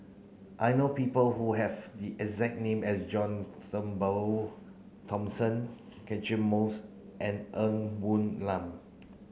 I know people who have the exact name as John Turnbull Thomson Catchick Moses and Ng Woon Lam